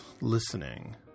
listening